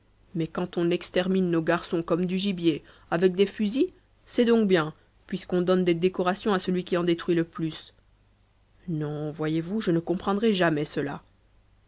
mais quand on extermine nos garçons comme du gibier avec des fusils c'est donc bien puisqu'on donne des décorations à celui qui en détruit le plus non voyez-vous je ne comprendrai jamais ça